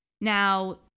Now